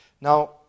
Now